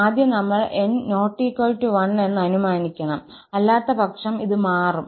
ആദ്യം നമ്മൾ 𝑛≠1 എന്ന് അനുമാനിക്കണം അല്ലാത്തപക്ഷം ഇത് മാറും